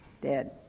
dead